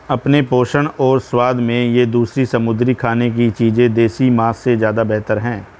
अपने पोषण और स्वाद में ये दूसरी समुद्री खाने की चीजें देसी मांस से ज्यादा बेहतर है